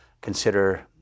consider